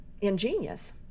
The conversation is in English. ingenious